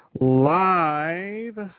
live